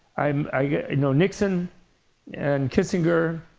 um ah you know nixon and kissinger,